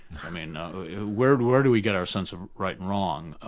i mean where do where do we get our sense of right and wrong?